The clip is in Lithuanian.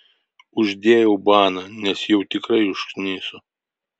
uždėjau baną nes jau tikrai užkniso